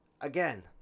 again